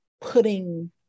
putting